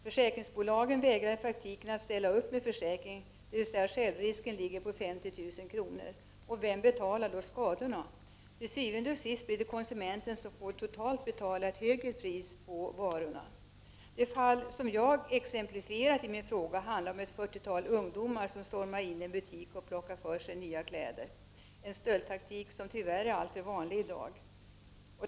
Försäkringsbolagen vägrar i praktiken att ställa upp med försäkringar. Självrisken uppgår nämligen till 50 000 kr. Vem betalar då skadorna? Til syvende og sidst blir det konsumenten som totalt får betala ett högre pris på varorna. I det fall som jag exemplifierade med i min fråga stormade ett fyrtiotal ungdomar ini en butik och plockade för sig av nya kläder, en stöldtaktik som i dag tyvärr är alltför vanlig.